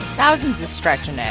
thousands is stretching it